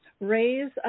RAISE